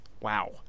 Wow